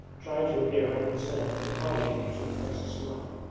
trying to appear unconcerned but hardly able to repress a smile,